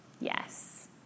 yes